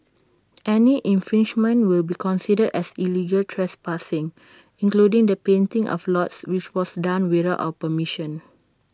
any infringement will be considered as illegal trespassing including the painting of lots which was done without our permission